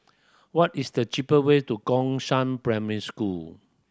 what is the cheapest way to Gongshang Primary School